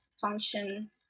function